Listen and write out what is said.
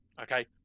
okay